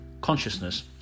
consciousness